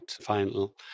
final